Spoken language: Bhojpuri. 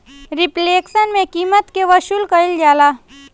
रिफ्लेक्शन में कीमत के वसूली कईल जाला